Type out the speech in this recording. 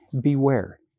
Beware